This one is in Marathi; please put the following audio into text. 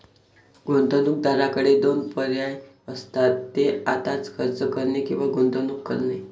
गुंतवणूकदाराकडे दोन पर्याय असतात, ते आत्ताच खर्च करणे किंवा गुंतवणूक करणे